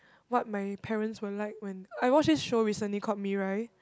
what my parents will like when I watch this show recently caught me right